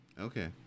Okay